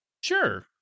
Sure